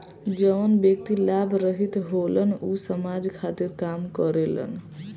जवन व्यक्ति लाभ रहित होलन ऊ समाज खातिर काम करेलन